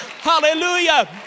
hallelujah